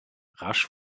rasch